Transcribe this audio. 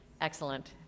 Excellent